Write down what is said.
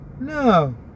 No